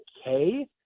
okay